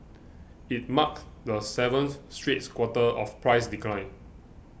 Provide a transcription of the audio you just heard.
it marked the seventh straight quarter of price decline